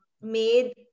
made